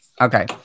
Okay